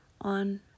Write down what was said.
on